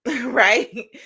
Right